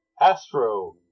Astro